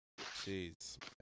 Jeez